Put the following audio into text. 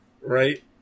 Right